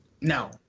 No